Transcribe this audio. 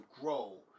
grow